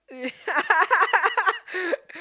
yeah